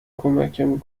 کمکمون